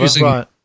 right